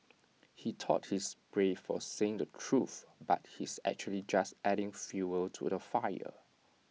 he thought he's brave for saying the truth but he's actually just adding fuel to the fire